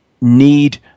need